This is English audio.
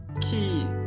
key